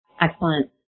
Excellent